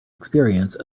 experience